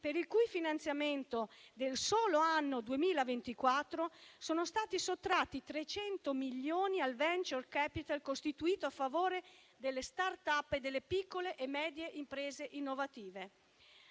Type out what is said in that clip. per il cui finanziamento del solo anno 2024 sono stati sottratti 300 milioni al *venture capital* costituito a favore delle *startup* e delle piccole e medie imprese innovative.